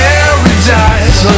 Paradise